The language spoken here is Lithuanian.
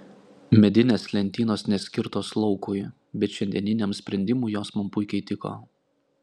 medinės lentynos neskirtos laukui bet šiandieniniam sprendimui jos man puikiai tiko